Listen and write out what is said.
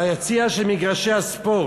ביציע של מגרשי הספורט,